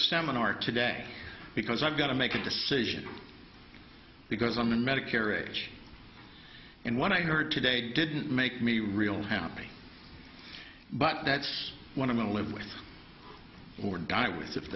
seminar today because i've got to make a decision because i'm in medicare age and what i heard today didn't make me real happy but that's one of them to live with or die with if